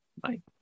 Bye